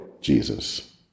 Jesus